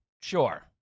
Sure